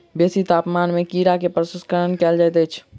बेसी तापमान में कीड़ा के प्रसंस्करण कयल जाइत अछि